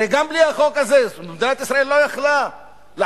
הרי גם בלי החוק הזה מדינת ישראל לא יכלה לעמוד